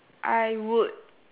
I would